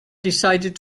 decided